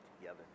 together